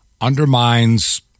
undermines